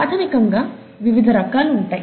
ప్రాథమికంగా వివిధ రకాలు ఉంటాయి